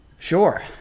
Sure